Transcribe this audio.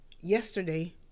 yesterday